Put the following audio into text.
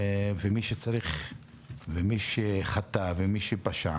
ומי שצריך ומי שחטא ומי שפשע